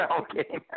Okay